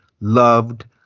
loved